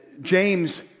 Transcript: James